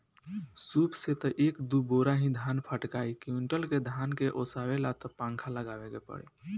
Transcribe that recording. सूप से त एक दू बोरा ही धान फटकाइ कुंयुटल के धान के ओसावे ला त पंखा लगावे के पड़ी